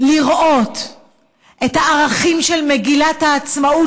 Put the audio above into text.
לראות את הערכים של מגילת העצמאות,